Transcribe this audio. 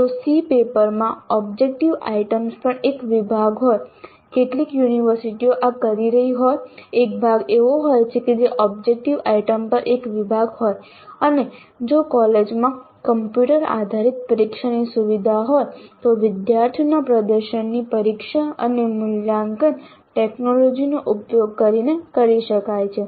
જો SEE પેપરમાં objective items પર એક વિભાગ હોય કેટલીક યુનિવર્સિટીઓ આ કરી રહી હોય એક ભાગ એવો હોય કે જે ઓબ્જેક્ટિવ આઇટમ્સ પર એક વિભાગ હોય અને જો કોલેજોમાં કોમ્પ્યુટર આધારિત પરીક્ષાની સુવિધા હોય તો વિદ્યાર્થીઓના પ્રદર્શનની પરીક્ષા અને મૂલ્યાંકન ટેકનોલોજીનો ઉપયોગ કરીને કરી શકાય છે